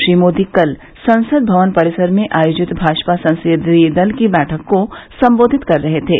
श्री मोदी कल संसद भवन परिसर में आयोजित भाजपा संसदीय दल की बैठक को संबोधित कर रहे थे